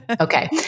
okay